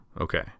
Okay